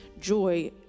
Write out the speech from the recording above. joy